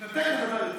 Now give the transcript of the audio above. תתנתק, נדבר איתך.